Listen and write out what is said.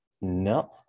No